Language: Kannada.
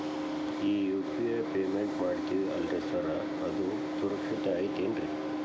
ಈ ಯು.ಪಿ.ಐ ಪೇಮೆಂಟ್ ಮಾಡ್ತೇವಿ ಅಲ್ರಿ ಸಾರ್ ಅದು ಸುರಕ್ಷಿತ್ ಐತ್ ಏನ್ರಿ?